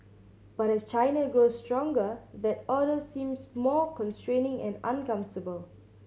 but as China grows stronger that order seems more constraining and uncomfortable